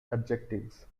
adjectives